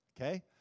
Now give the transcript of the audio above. okay